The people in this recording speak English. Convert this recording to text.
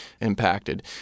impacted